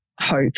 hope